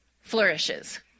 flourishes